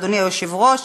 אדוני היושב-ראש.